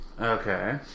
okay